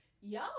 yo